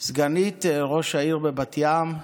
סגנית ראש העיר בבת ים,